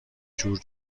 جور